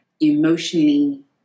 emotionally